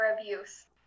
abuse